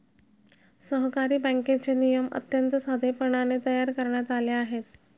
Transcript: सहकारी बँकेचे नियम अत्यंत साधेपणाने तयार करण्यात आले आहेत